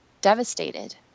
devastated